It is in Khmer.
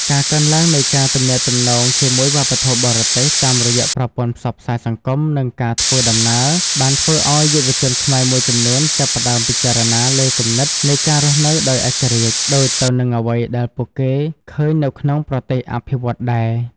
ការកើនឡើងនៃការទំនាក់ទំនងជាមួយវប្បធម៌បរទេស តាមរយៈប្រព័ន្ធផ្សព្វផ្សាយសង្គម និងការធ្វើដំណើរ បានធ្វើឱ្យយុវជនខ្មែរមួយចំនួនចាប់ផ្តើមពិចារណាលើគំនិតនៃការរស់នៅដោយឯករាជ្យ ដូចទៅនឹងអ្វីដែលពួកគេឃើញនៅក្នុងប្រទេសអភិវឌ្ឍន៍ដែរ។